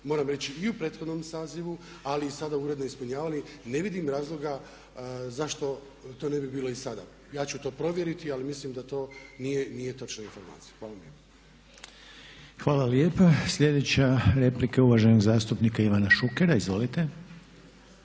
moram reći i u prethodnom sazivu ali i sada uredno ispunjavali. Ne vidim razloga zašto to ne bi bilo i sada. Ja ću to provjeriti ali mislim da to nije točna informacija. Hvala lijepa. **Reiner, Željko (HDZ)** Hvala lijepa. Sljedeća replika je uvaženog zastupnika Ivana Šukera. Izvolite.